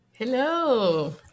Hello